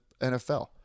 NFL